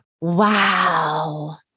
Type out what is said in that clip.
Wow